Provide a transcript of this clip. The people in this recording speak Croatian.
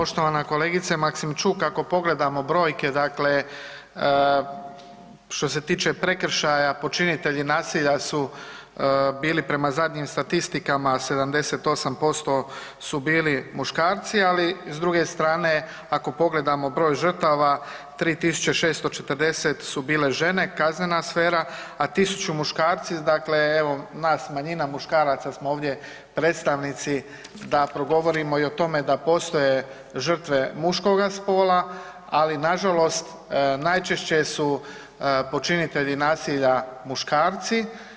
Pa poštovana kolegice Maksimčuk ako pogledamo brojke što se tiče prekršaja počinitelji nasilja su bili prema zadnjim statistikama 78% su bili muškarci, ali s druge strane ako pogledamo broj žrtava 3640 su bile žene kaznena sfera, a 1000 muškarci, dakle evo nas manjina muškaraca smo ovdje predstavnici da progovorimo i o tome da postoje žrtve muškoga spola, ali nažalost najčešće su počinitelji nasilja muškarci.